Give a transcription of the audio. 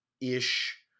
ish